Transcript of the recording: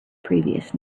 previous